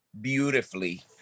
beautifully